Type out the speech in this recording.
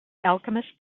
alchemist